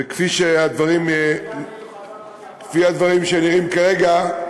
וכפי שהדברים נראים כרגע,